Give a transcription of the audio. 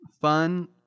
fun